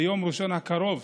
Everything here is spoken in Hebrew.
ביום ראשון הקרוב